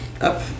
up